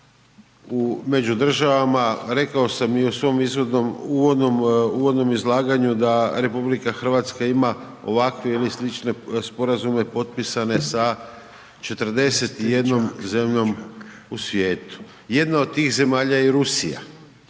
među državama, rekao sam i u svom uvodnom izlaganju da RH ima ovakve ili slične sporazume potpisane sa 41 zemljom u svijetu. Jedna od tih zemalja je i Rusija,